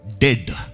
Dead